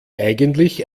eigentlich